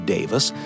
Davis